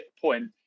point